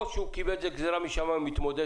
או שהוא קיבל את זה כגזירה משמים ומתמודד